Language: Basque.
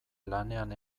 lanean